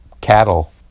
cattle